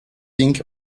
pink